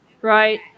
right